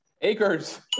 acres